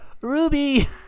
Ruby